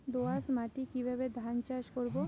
দোয়াস মাটি কিভাবে ধান চাষ করব?